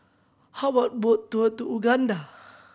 how about boat tour Uganda